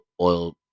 oil